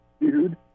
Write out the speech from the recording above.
dude